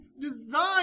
designed